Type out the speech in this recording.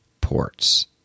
ports